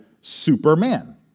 superman